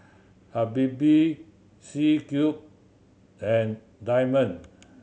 Habibie C Cube and Diamond